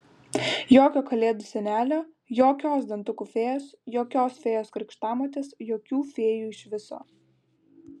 jokio kalėdų senelio jokios dantukų fėjos jokios fėjos krikštamotės jokių fėjų iš viso